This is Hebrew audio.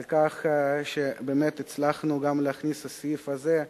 על כך שבאמת גם הצלחנו להכניס את הסעיף הזה,